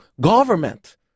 government